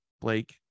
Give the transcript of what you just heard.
Blake